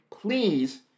please